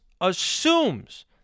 assumes